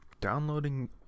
Downloading